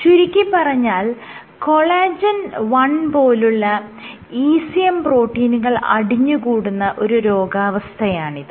ചുരുക്കിപ്പറഞ്ഞാൽ കൊളാജെൻ 1 പോലുള്ള ECM പ്രോട്ടീനുകൾ അടിഞ്ഞുകൂടുന്ന ഒരു രോഗാവസ്ഥയാണിത്